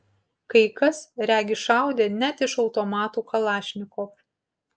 kai kas regis šaudė net iš automatų kalašnikov